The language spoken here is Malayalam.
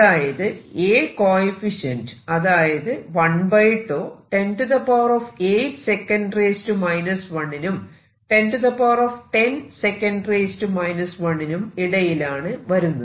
അതായത് A കോയെഫിഷ്യന്റ് അതായത് 1τ 108 S 1 നും 1010 S 1 നും ഇടയിലാണ് വരുന്നത്